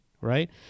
right